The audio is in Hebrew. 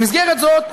במסגרת זאת,